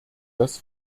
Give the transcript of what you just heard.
das